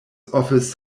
office